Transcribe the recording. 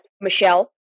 Michelle